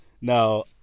Now